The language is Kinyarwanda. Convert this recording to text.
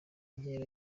inkera